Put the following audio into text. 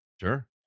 Sure